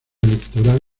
electoral